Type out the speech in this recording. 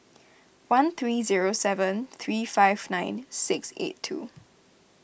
one three zero seven three five nine six eight two